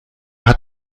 hat